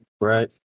right